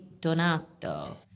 Donato